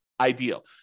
ideal